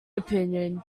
opinion